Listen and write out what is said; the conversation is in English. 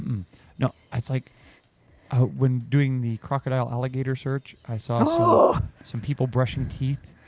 nope. that's like, i when doing the crocodile alligator search, i saw so some people brushing teeth.